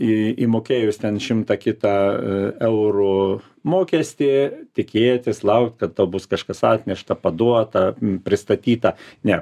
įmokėjus ten šimtą kitą eurų mokestį tikėtis laukti kad tau bus kažkas atnešta paduota pristatyta ne